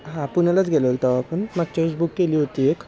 हा पुण्यालाच गेलेलो तेव्हा पण मागच्या वेळेस बुक केली होती एक